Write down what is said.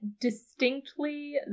distinctly